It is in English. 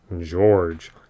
George